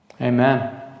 Amen